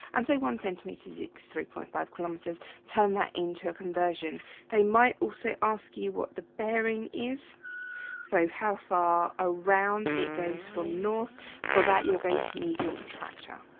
and they want centimeters. it's three point five kilometers turn that into a conversion they might also ask you what the bearing is so how far it goes from north for that you're going to need your protractor?